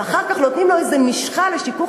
ואחר כך נותנים לו איזו משחה לשיכוך